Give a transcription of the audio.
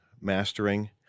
mastering